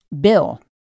bill